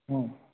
হুম